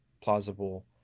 plausible